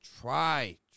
Try